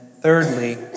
thirdly